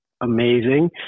amazing